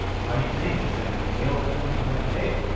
funny thing is that if you fail to plan, you plan to fail.